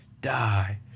die